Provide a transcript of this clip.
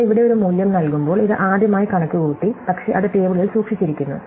നമ്മൾ ഇവിടെ ഒരു മൂല്യം നൽകുമ്പോൾ ഇത് ആദ്യമായി കണക്കുകൂട്ടി പക്ഷേ അത് ടേബിളിൽ സൂക്ഷിച്ചിരിക്കുന്നു